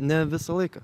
ne visą laiką